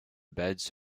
beds